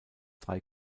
drei